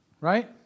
Right